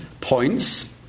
points